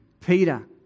Peter